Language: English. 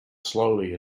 slowly